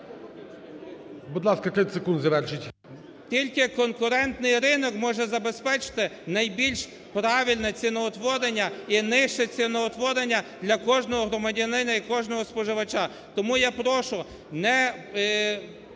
Тільки конкурентний ринок може забезпечити найбільш правильне ціноутворення і нижче ціноутворення для кожного громадянина і кожного споживача. Тому я прошу не